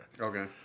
okay